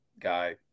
guy